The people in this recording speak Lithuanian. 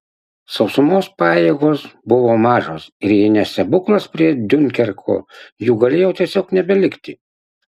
sausumos pajėgos buvo mažos ir jei ne stebuklas prie diunkerko jų galėjo tiesiog nebelikti